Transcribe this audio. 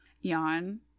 yawn